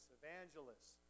evangelists